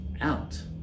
out